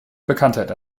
bekanntheit